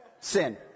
Sin